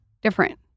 different